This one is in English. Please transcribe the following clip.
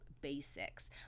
basics